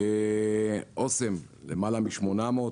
אסם למעלה מ-800 עובדים,